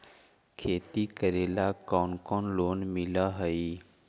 खेती करेला कौन कौन लोन मिल हइ?